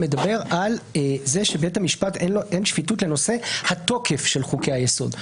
מדבר על זה שלבית המשפט אין שפיטות לנושא התוקף של חוקי היסוד.